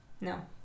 No